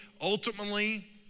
ultimately